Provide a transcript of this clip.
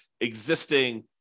existing